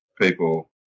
people